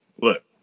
Look